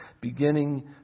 beginning